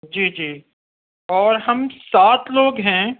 جی جی اور ہم سات لوگ ہیں